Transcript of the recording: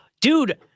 Dude